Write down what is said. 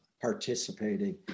participating